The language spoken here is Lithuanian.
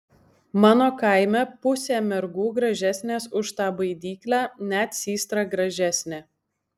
mano kaime pusė mergų gražesnės už tą baidyklę net systra gražesnė